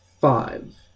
five